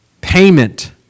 Payment